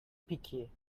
picky